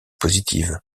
positives